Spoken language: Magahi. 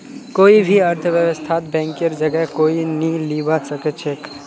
कोई भी अर्थव्यवस्थात बैंकेर जगह कोई नी लीबा सके छेक